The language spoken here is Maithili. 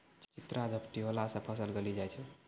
चित्रा झपटी होला से फसल गली जाय छै?